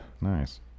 Nice